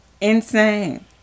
Insane